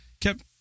kept